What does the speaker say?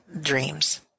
dreams